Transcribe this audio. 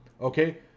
Okay